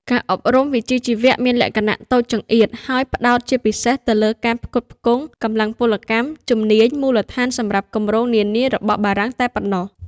ការអប់រំវិជ្ជាជីវៈមានលក្ខណៈតូចចង្អៀត ហើយផ្តោតជាពិសេសទៅលើការផ្គត់ផ្គង់កម្លាំងពលកម្មជំនាញមូលដ្ឋានសម្រាប់គម្រោងនានារបស់បារាំងតែប៉ុណ្ណោះ។